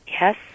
Yes